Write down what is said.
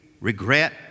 regret